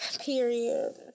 Period